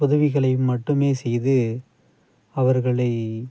உதவிகளையும் மட்டுமே செய்து அவர்களை